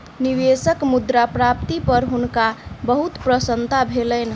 निवेशक मुद्रा प्राप्ति पर हुनका बहुत प्रसन्नता भेलैन